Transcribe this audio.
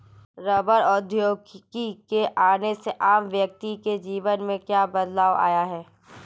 रबड़ प्रौद्योगिकी के आने से आम व्यक्ति के जीवन में क्या बदलाव आया?